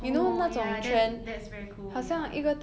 oh ya that's that's very cool ya